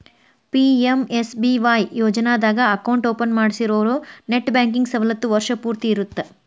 PMSBY ಯೋಜನಾದಾಗ account open ಮಾಡ್ಸಿರೋರು net banking ಸವಲತ್ತು ವರ್ಷ್ ಪೂರ್ತಿ ಇರತ್ತ